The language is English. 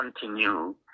continue